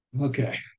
Okay